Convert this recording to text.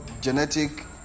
genetic